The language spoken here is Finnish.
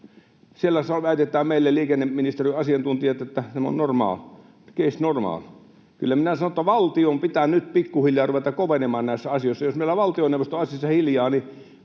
Siellä väittävät meille liikenneministeriön asiantuntijat, että tämä on ”case normal”. Kyllä minä sanon, että valtion pitää nyt pikkuhiljaa ruveta kovenemaan näissä asioissa. Jos meillä valtioneuvosto on asiassa hiljaa, niin